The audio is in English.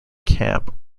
camp